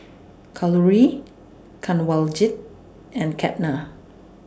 Kalluri Kanwaljit and Ketna